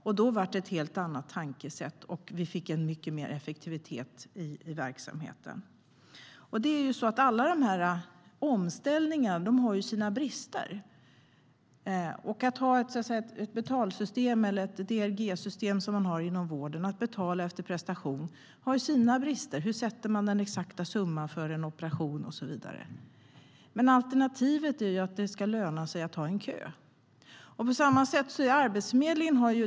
Då blev det ett helt annat tankesätt, och vi fick mycket mer effektivitet i verksamheten. STYLEREF Kantrubrik \* MERGEFORMAT ArbetsmarknadspolitikPå samma sätt är det med Arbetsförmedlingen.